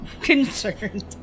Concerned